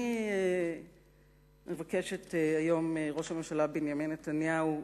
אני מבקשת היום מראש הממשלה בנימין נתניהו: